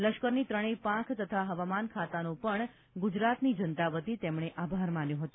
લશ્કરની ત્રણેય પાંખ તથા હવામાન ખાતાનો પણ ગુજરાતની જનતા વતી તેમણે આભાર માન્યો હતો